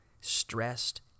stressed